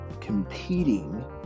competing